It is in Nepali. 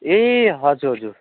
ए हजुर हजुर